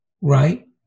right